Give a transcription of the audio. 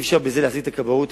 אי-אפשר בזה להחזיק את הכבאות.